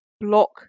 block